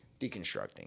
Deconstructing